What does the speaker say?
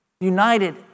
united